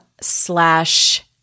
slash